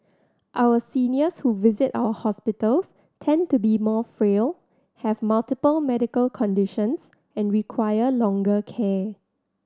our seniors who visit our hospitals tend to be more frail have multiple medical conditions and require longer care